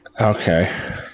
Okay